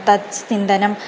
तस्मिन् धनम्